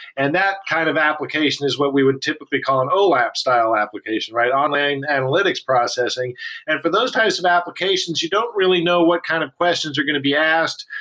and that kind of application is what we would typically call an olap style application, right? online analytics processing and for those types of applications, you don't really know what kind of questions you're going to be asked.